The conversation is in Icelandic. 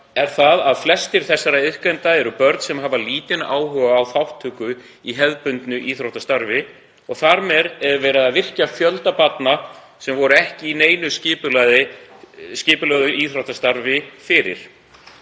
er að flestir iðkendanna eru börn sem hafa lítinn áhuga á þátttöku í hefðbundnu íþróttastarfi og þar með er verið að virkja fjölda barna sem voru ekki í neinu skipulögðu íþróttastarfi fyrir.